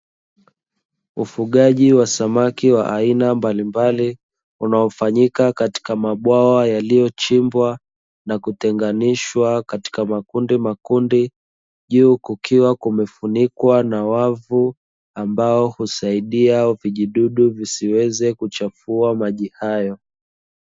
Ufugaji wa samaki wa aina mbalimbali, unaofanyaika katika mabwawa yaliyo chimbwa, na kutenganishwa katika makundi makundi, juu kukiwa kumefunikwa na wavu ambao husaidia vijidudu visiweze kuchafua maji hayo.